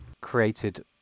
created